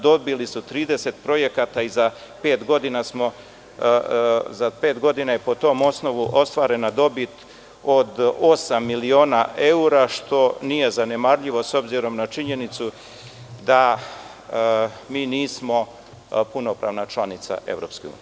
Dobili su 30 projekata i za pet godina je po tom osnovu ostvarena dobit od osam miliona evra, što nije zanemarljivo s obzirom na činjenicu da mi nismo punopravna članica EU.